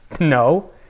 No